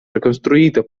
rekonstruita